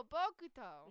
Bokuto